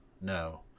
No